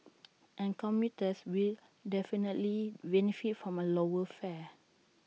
and commuters will definitely benefit from A lower fare